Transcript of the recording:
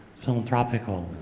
philanthropical.